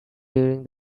during